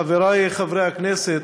חברי חברי הכנסת,